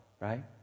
right